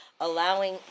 allowing